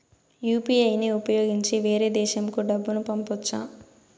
UPI ని ఉపయోగించి వేరే దేశంకు డబ్బును పంపొచ్చా?